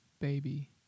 baby